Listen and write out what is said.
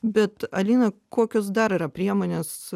bet alina kokios dar yra priemonės